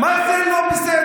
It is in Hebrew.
מה זה לא בסדר?